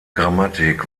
grammatik